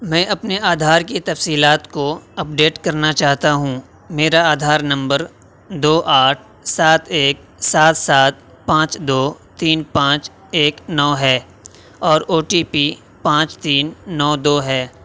میں اپنے آدھار کی تفصیلات کو اپڈیٹ کرنا چاہتا ہوں میرا آدھار نمبر دو آٹھ سات ایک سات سات پانچ دو تین پانچ ایک نو ہے اور او ٹی پی پانچ تین نو دو ہے